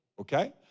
okay